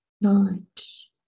knowledge